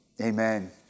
amen